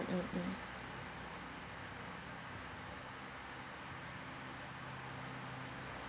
mm mm